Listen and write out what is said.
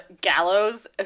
Gallows